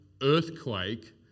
earthquake